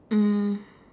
um